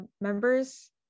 members